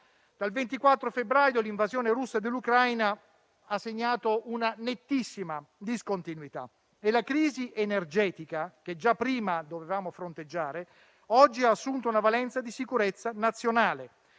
dal 24 febbraio l'invasione russa dell'Ucraina ha segnato una nettissima discontinuità e la crisi energetica, che già prima dovevamo fronteggiare, oggi ha assunto una valenza di sicurezza nazionale.